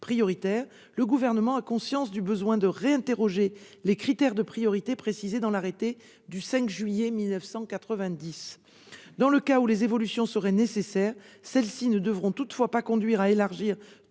prioritaires, le Gouvernement a conscience du besoin de réinterroger les critères de priorité inscrits dans l'arrêté du 5 juillet 1990. Dans le cas où des évolutions seraient nécessaires, celles-ci ne devraient toutefois pas conduire à élargir